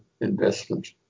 investment